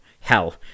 Hell